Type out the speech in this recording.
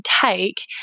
take